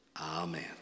Amen